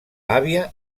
àvia